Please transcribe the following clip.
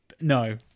No